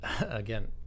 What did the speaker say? Again